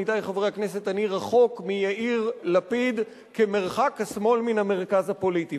עמיתי חברי הכנסת: אני רחוק מיאיר לפיד כמרחק השמאל מן המרכז הפוליטי.